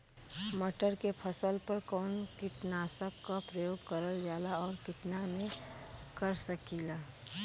मटर के फसल पर कवन कीटनाशक क प्रयोग करल जाला और कितना में कर सकीला?